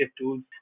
tools